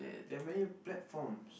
there are many platforms